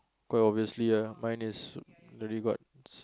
quite obviously ah mine is really got